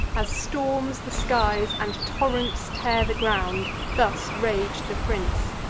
as storms the skies, and torrents tear the ground, thus rag'd the prince,